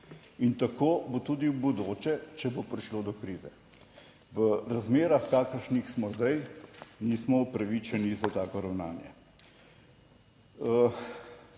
In tako bo tudi v bodoče, če bo prišlo do krize. V razmerah, v kakršnih smo zdaj, nismo upravičeni za tako ravnanje.